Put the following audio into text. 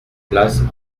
place